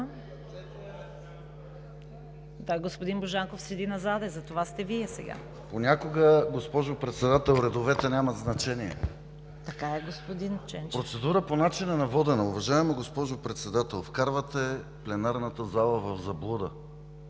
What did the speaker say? Така е, господин Ченчев. ИВАН ЧЕНЧЕВ: Процедура по начина на водене. Уважаема госпожо Председател, вкарвате пленарната зала в заблуда.